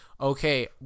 okay